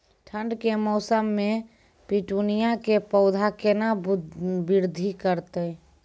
ठंड के मौसम मे पिटूनिया के पौधा केना बृद्धि करतै?